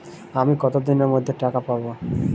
আমি কতদিনের মধ্যে টাকা পাবো?